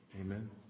Amen